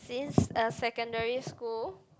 since uh secondary school